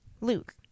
Luke